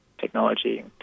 technology